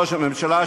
ראש הממשלה,